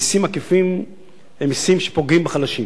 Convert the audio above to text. מסים עקיפים הם מסים שפוגעים בחלשים,